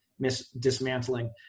dismantling